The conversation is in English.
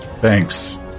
Thanks